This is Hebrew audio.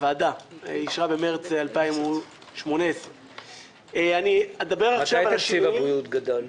הוועדה אישרה במרץ 2018. תקציב הבריאות גדל,